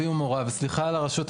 זאת נקודה ראשונה.